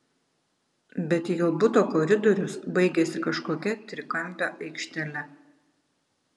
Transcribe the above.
bet jo buto koridorius baigėsi kažkokia trikampe aikštele